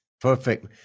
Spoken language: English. Perfect